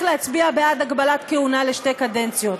להצביע בעד הגבלת כהונה לשתי קדנציות.